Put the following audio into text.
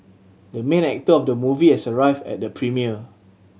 the main actor of the movie has arrived at the premiere